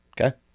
okay